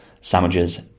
sandwiches